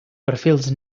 perfils